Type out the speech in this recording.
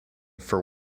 for